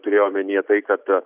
turėjo omenyje tai kad